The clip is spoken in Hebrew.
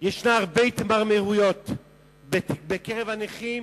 יש הרבה התמרמרות בקרב הנכים,